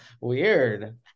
weird